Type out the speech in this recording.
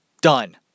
done